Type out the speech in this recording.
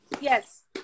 Yes